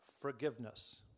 forgiveness